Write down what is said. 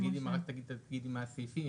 רק תגידי את הסעיפים.